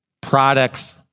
products